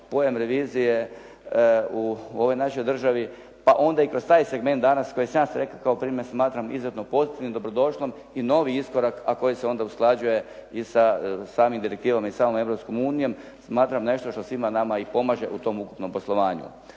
pojam revizije u ovoj našoj državi pa onda i kroz taj segment danas koji sam ja rekao koji smatram izuzetno pozitivnim i dobrodošlim i novi iskorak a koji se onda usklađuje i sa samom direktivom i samom Europskom unijom smatram nešto što svima nama i pomaže u tom ukupnom poslovanju.